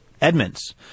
Edmonds